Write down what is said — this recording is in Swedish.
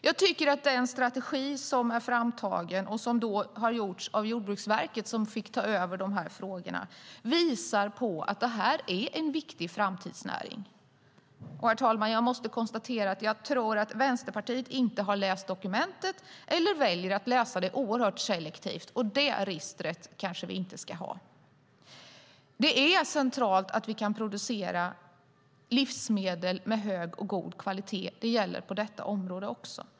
Jag tycker att den strategi som är framtagen av Jordbruksverket - som fick ta över de här frågorna - visar på att det här är en viktig framtidsnäring. Jag måste konstatera att jag tror att Vänsterpartiet inte har läst dokumentet eller väljer att läsa det oerhört selektivt. Det ristret kanske vi inte ska ha. Det är centralt att vi kan producera livsmedel med hög och god kvalitet. Det gäller även på detta område.